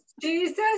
Jesus